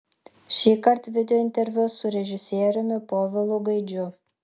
šįkart videointerviu su režisieriumi povilu gaidžiu